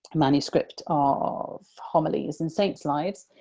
manuscript of homilies and saints' lives,